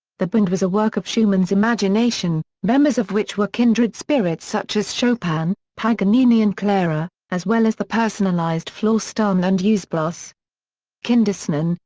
the bund was a work of schumann's imagination, members of which were kindred spirits such as chopin, paganini and clara, as well as the personalized florestan and eusebius. kinderszenen,